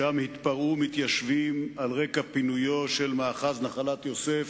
שם התפרעו מתיישבים על רקע פינויו של מאחז נחלת-יוסף